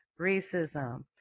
racism